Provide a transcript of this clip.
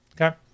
okay